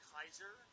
Kaiser